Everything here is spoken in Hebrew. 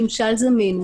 ממשל זמין,